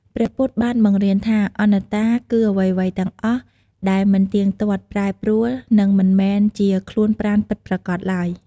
ព្រះពុទ្ធបានបង្រៀនថាអនត្តា គឺអ្វីៗទាំងអស់ដែលមិនទៀងទាត់ ប្រែប្រួល និងមិនមែនជាខ្លួនប្រាណពិតប្រាកដឡើយ។